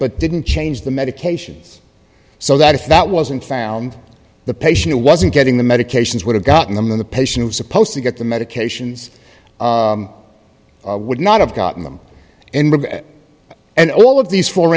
but didn't change the medications so that if that wasn't found the patient wasn't getting the medications would have gotten them the patient was supposed to get the medications would not have gotten them and all of these four